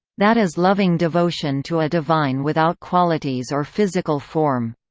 that is loving devotion to a divine without qualities or physical form.